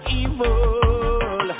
evil